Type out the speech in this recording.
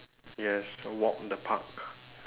yes a walk in the park